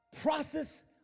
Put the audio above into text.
Process